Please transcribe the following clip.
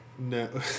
No